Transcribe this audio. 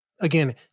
again